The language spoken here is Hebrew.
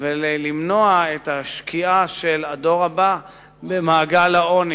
ולמנוע את השקיעה של הדור הבא במעגל העוני.